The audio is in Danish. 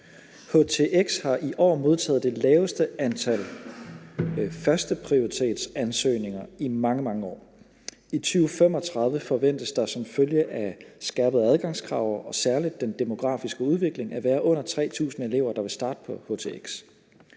Htx har i år modtaget det laveste antal førsteprioritetsansøgninger i mange år. I 2035 forventes der som følge af skærpede adgangskrav og særlig den demografiske udvikling at være under 3.000 elever, der vil starte på htx.